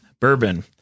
bourbon